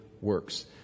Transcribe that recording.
works